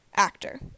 actor